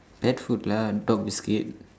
pet food lah dog biscuit